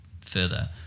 further